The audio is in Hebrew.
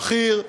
החי"ר,